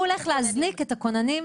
הוא הולך להזניק את הכוננים,